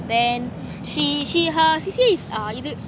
then she she her C_C_A is uh இது:ithu